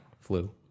flu